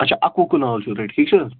اچھا اَکوُہ کنال چھُو تُہہِ ٹھیٖک چھِ حظ